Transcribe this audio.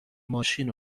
ماشین